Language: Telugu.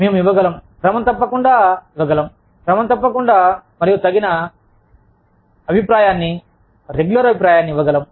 మేము ఇవ్వగలము క్రమం తప్పకుండా ఇవ్వగలము క్రమం తప్పకుండా మరియు తగిన అభిప్రాయాన్ని రెగ్యులర్ అభిప్రాయాన్ని ఇవ్వగలము